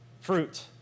Fruit